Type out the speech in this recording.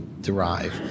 derive